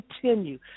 continue